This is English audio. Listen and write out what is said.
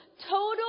total